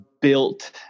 built